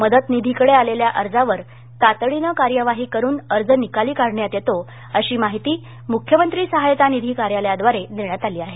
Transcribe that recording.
मदत निधीकडे आलेल्या अर्जावर तातडीने कार्यवाही करुन अर्ज निकाली काढण्यात येतो अशी माहिती मुख्यमंत्री सहाय्यता निधी कार्यालयाद्वारे देण्यात आली आहे